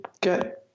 get